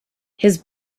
his